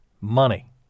money